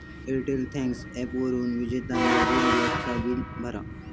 Airtel thanks ॲपवरून विजेचा bill, gas चा बिल भरा